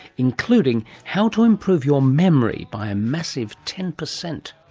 including how to improve your memory by a massive ten percent.